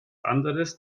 anderes